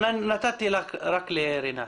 רינת,